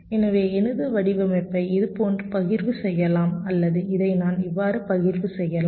எனவே எனது வடிவமைப்பை இதுபோன்று பகிர்வு செய்யலாம் அல்லது இதை நான் இவ்வாறு பகிர்வு செய்யலாம்